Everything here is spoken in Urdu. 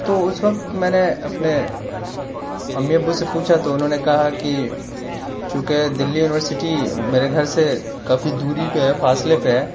تو اس وقت میں نے اپنے امی ابو سے پوچھا تو انہوں نے كہا كہ چونكہ دلّى يونيورسٹى ميرے گھر سے كافى دوری پہ ہے فاصلے پہ ہے